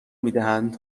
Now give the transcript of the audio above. میدهند